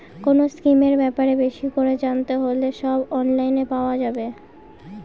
কোনো স্কিমের ব্যাপারে বেশি করে জানতে হলে সব অনলাইনে পাওয়া যাবে